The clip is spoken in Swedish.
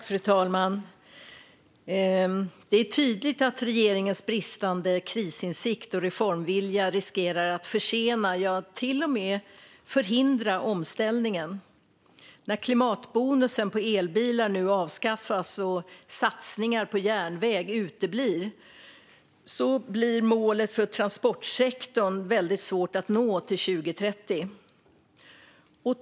Fru talman! Det är tydligt att regeringens bristande krisinsikt och reformvilja riskerar att försena och till och med förhindra omställningen. När klimatbonusen på elbilar nu avskaffas och satsningar på järnväg uteblir blir målet för transportsektorn väldigt svårt att nå till 2030.